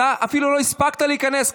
אתה אפילו לא הספקת להיכנס,